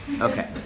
Okay